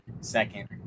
Second